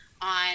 on